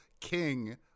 king